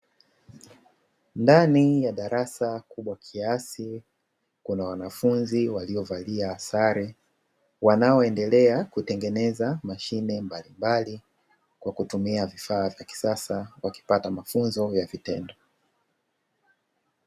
Ndani ya darasa kubwa kiasi kuna wanafunzi waliovalia sare wanaoendelea kutengeneza mashine mbalimbali kwa kutumia vifaa vya kisasa wakipata mafunzo ya vitendo.